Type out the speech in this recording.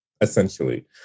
essentially